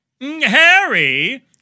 Harry